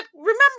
remember